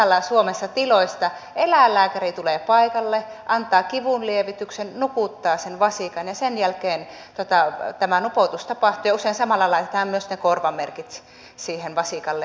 suurimmalla osalla tiloista suomessa eläinlääkäri tulee paikalle antaa kivunlievityksen nukuttaa sen vasikan ja sen jälkeen tämä nupoutus tapahtuu ja usein samalla laitetaan myös ne korvamerkit sille vasikalle